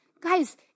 guys